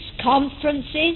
conferences